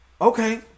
Okay